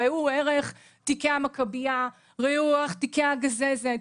ראו ערך תיקי המכביה, תיקי הגזזת.